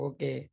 Okay